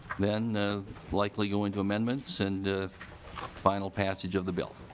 then likely go into amendments and final passage of the bill.